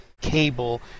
cable